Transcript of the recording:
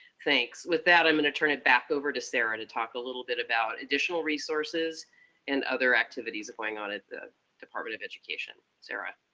thanks. with that i'm and to turn it back over to sarah to talk a little bit about additional resources and other activities going on at the department of education. sarah.